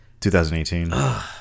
2018